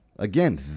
Again